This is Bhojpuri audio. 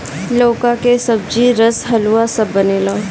लउका के सब्जी, रस, हलुआ सब बनेला